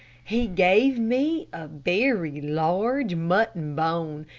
he gave me a very large mutton bone,